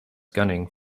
gunning